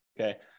okay